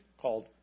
called